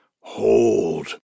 Hold